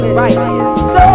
right